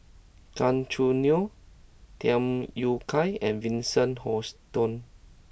Gan Choo Neo Tham Yui Kai and Vincent Hoisington